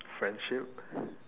friendship